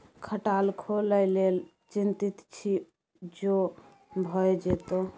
खटाल खोलय लेल चितिंत छी जो भए जेतौ